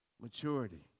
Maturity